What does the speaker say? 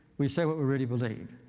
we say what we really believe.